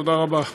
תודה רבה.